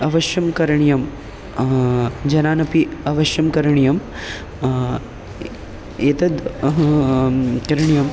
अवश्यं करणीयं जनानपि अवश्यं करणीयम् एतद् करणीयम्